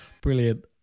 Brilliant